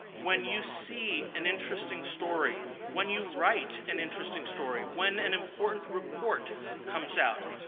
when you see an interesting story, when you write an interesting story, when an important report comes out,